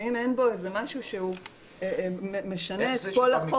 ואם אין בו איזה משהו שמשנה את כל החוק --- איך